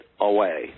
away